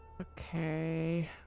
Okay